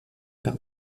par